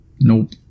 nope